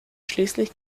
schließlich